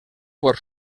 por